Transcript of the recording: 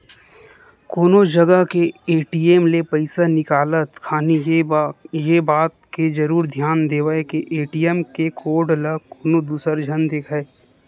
कोनो जगा के ए.टी.एम ले पइसा निकालत खानी ये बात के जरुर धियान देवय के ए.टी.एम के कोड ल कोनो दूसर झन देखय